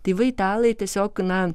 tėvai italai tiesiog na